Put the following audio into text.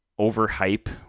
overhype